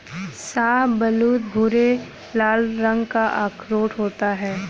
शाहबलूत भूरे लाल रंग का अखरोट होता है